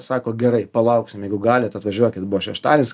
sako gerai palauksim jeigu galit atvažiuokit buvo šeštadienis